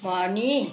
पनि